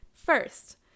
First